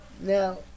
Now